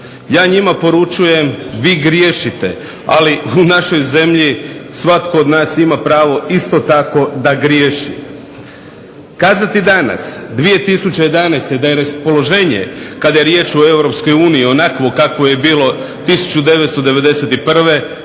Ja njima poručujem vi griješite, ali u našoj zemlji svatko od nas ima pravo isto tako da griješi. Kazati danas 2011. da je raspoloženje kada je riječ o Europskoj uniji onakvo kakvo je bilo 1991.